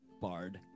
Bard